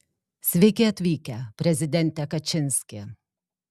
sveiki atvykę prezidente kačinski